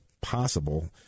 possible